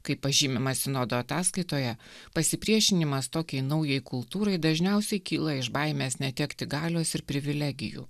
kaip pažymima sinodo ataskaitoje pasipriešinimas tokiai naujai kultūrai dažniausiai kyla iš baimės netekti galios ir privilegijų